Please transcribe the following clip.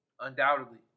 undoubtedly